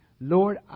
Lord